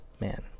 man